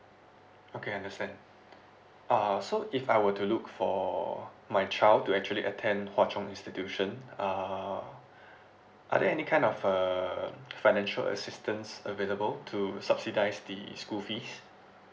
okay understand uh so if I were to look for my child to actually attend hwa chong institution uh are there any kind of uh financial assistance available to subsidize the school fees